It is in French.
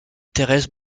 thérèse